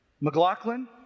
McLaughlin